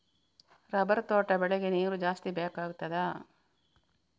Rubber ತೋಟ ಬೆಳೆಗೆ ನೀರು ಜಾಸ್ತಿ ಬೇಕಾಗುತ್ತದಾ?